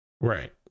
Right